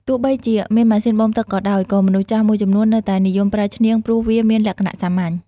ទោះបីជាមានម៉ាស៊ីនបូមទឹកក៏ដោយ ក៏មនុស្សចាស់មួយចំនួននៅតែនិយមប្រើឈ្នាងព្រោះវាមានលក្ខណៈសាមញ្ញ។